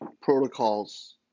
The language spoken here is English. protocols